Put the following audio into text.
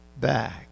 back